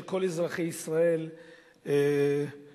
וכל אזרחי ישראל יקבלו